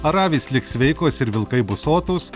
ar avys liks sveikos ir vilkai bus sotūs